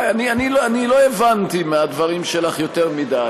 אני לא הבנתי מהדברים שלך יותר מדי,